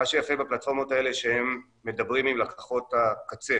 מה שיפה בפלטפורמות האלה שהם מדברים עם לקוחות הקצה